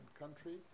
country